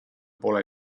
pole